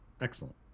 Excellent